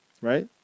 Right